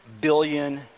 billion